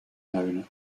known